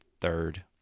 third